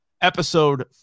episode